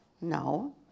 No